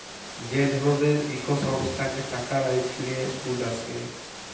যে ধরলের ইক সংস্থাতে টাকা রাইখলে সুদ আসে